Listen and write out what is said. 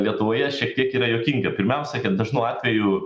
lietuvoje šiek tiek yra juokinga pirmiausia dažnu atveju